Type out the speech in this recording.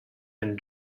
and